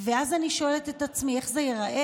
אני שואלת את עצמי איך זה ייראה.